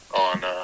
on